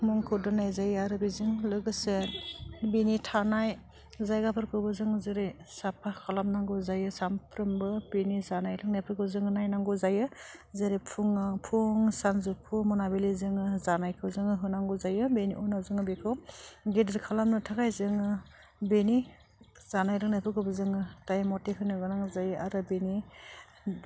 मुंखौ दोननाय जायो आरो बेजों लोगोसे बिनि थानाय जायगाफोरखौबो जों जेरै साफा खालामनांगौ जायो सामफ्रोमबो बेनि जानाय लोंनायफोरखौ जोङो नायनांगौ जायो जेरै फुङाव फुं सानजौफु मोनाबिलि जोङो जानायखौ जोङो होनांगौ जायो बेनि उनाव जोङो बेखौ गिदिर खालामनो थाखाय जोङो बेनि जानाय लोंनायफोरखौबो जोङो टाइम मथे होनो गोनां जायो आरो बेनि